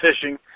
fishing